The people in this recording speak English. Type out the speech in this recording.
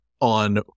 on